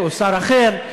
או שר אחר,